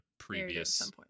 previous